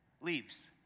leaves